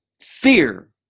fear